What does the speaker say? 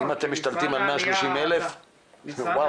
אם אתם משתלטים על 130,000. אז באמת נכון,